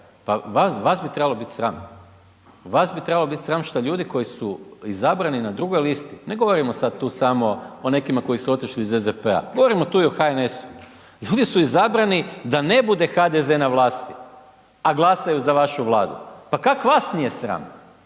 pa vas bi trebalo bit sram, vas bi trebalo bit sram šta ljudi koji su izabrani na drugoj listi, ne govorimo sad tu samo o nekima koji su otišli iz SDP-a, govorimo tu i o HNS-u, ljudi su izabrani da ne bude HDZ na vlasti, a glasaju za vašu Vladu, pa kak vas nije sram?